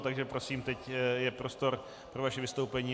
Takže prosím, teď je prostor pro vaše vystoupení.